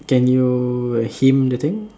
can you hum the thing